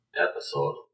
episode